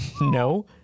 no